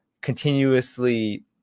continuously